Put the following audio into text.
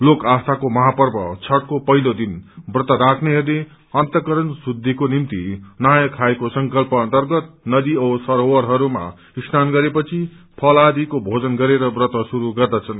लोक आस्थाको महापर्व छठको पहिलो दिन व्रत राख्नेहरूले अन्तस्करण शुद्धिको निम्ति नहाय खायको संकल्प अर्न्तगत नदी औ सरोवरहरूमा स्नान गरेपछि फलादिको भेजन गरेर व्रत शुरू गर्दछन्